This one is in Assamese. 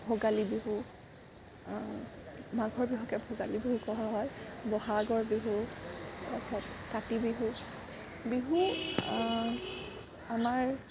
ভোগালী বিহু মাঘৰ বিহুকে ভোগালী বিহু কোৱা হয় বহাগৰ বিহু তাৰপিছত কাতি বিহু বিহু আমাৰ